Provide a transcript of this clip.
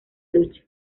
lucha